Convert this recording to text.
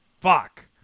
fuck